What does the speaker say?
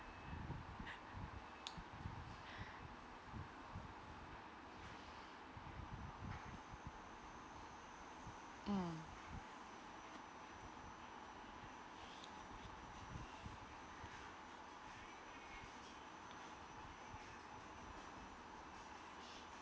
mm